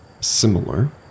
similar